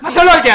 מה זה לא יודע?